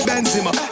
Benzema